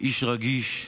איש רגיש,